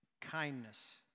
kindness